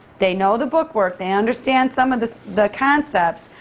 they know the bookwork, they understand some of the the concepts,